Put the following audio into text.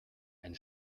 ein